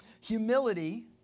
Humility